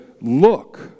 look